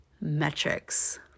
metrics